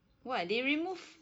what they remove